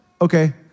Okay